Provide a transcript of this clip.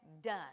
done